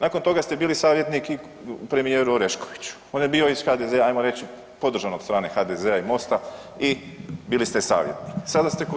Nakon toga ste bili savjetnik i premijeru Oreškoviću, on je bio iz HDZ-a ajmo reći podržan od strane HDZ-a i Mosta i bili ste savjetnik, sada ste kod.